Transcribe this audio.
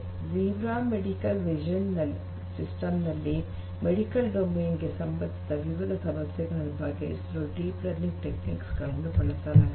zebra medical vision system ನಲ್ಲಿ medical domain ಗೆ ಸಂಬಂಧಿಸಿದ ವಿವಿಧ ಸಮಸ್ಯೆಗಳನ್ನು ಬಗೆಹರಿಸಲು ಡೀಪ್ ಲರ್ನಿಂಗ್ ತಂತ್ರಗಳನ್ನು ಬಳಸಲಾಗಿದೆ